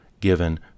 given